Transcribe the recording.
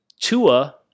Tua